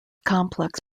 complex